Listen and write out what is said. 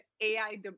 AI